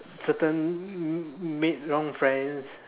certain made wrong friends